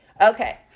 Okay